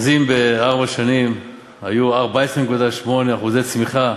אז אם בארבע שנים היו 14.8% צמיחה,